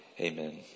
Amen